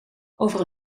over